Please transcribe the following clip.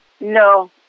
no